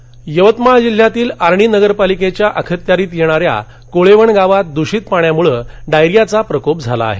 diarrhoea प्रकोपः यवतमाळ जिल्ह्यातील आर्णी नगरपालिकेच्या अखत्यारीत येणाऱ्या कोळवण गावात दूषित पाण्यामुळे डायरियाचा प्रकोप झाला आहे